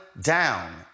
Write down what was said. down